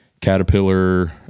Caterpillar